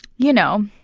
you know,